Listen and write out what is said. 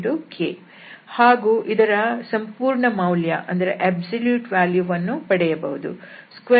∇f2xi2yj2zk ಹಾಗೂ ಇದರ ಸಂಪೂರ್ಣ ಮೌಲ್ಯ ವನ್ನೂ ಪಡೆಯಬಹುದು